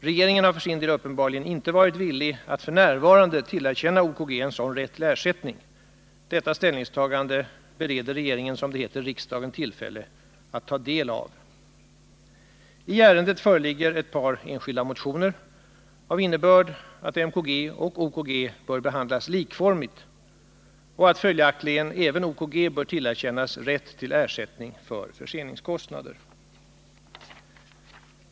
Regeringen har för sin del uppenbarligen inte varit villig att f.n. tillerkänna OKG en sådan rätt till ersättning. Detta ställningstagande bereder regeringen, som det heter, riksdagen tillfälle att ta del av. I ärendet föreligger ett par enskilda motioner av innebörd att MKG och OKG bör behandlas likformigt och att följaktligen även OKG bör tillerkännas rätt till ersättning för förseningskostnader.